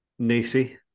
Nacy